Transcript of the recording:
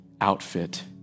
outfit